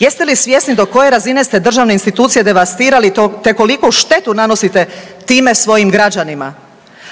Jeste li svjesni do koje razine ste državne institucije devastirali te koliku štetu nanosite time svojim građanima?